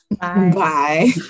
Bye